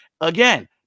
Again